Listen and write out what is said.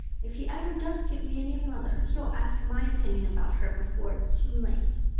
if he ever does give me a new mother, he'll ask my opinion about her before it's too late.